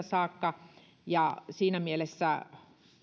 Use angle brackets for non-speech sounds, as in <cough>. <unintelligible> saakka ja siinä mielessä